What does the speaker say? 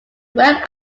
web